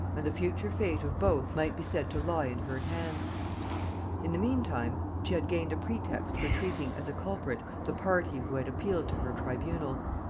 and the future fate of both might be said to lie in her hands in the mean time she had gained a pretext for treating as a culprit the party who had appealed to her tribunal.